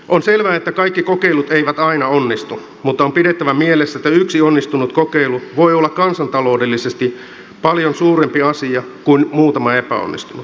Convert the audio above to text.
on selvää että kaikki kokeilut eivät aina onnistu mutta on pidettävä mielessä että yksi onnistunut kokeilu voi olla kansantaloudellisesti paljon suurempi asia kuin muutama epäonnistunut